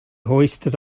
hoisted